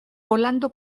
volando